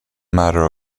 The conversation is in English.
matter